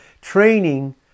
training